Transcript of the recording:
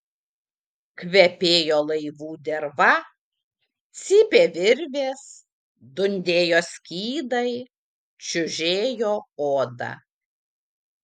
kvepėjo laivų derva cypė virvės dundėjo skydai čiužėjo oda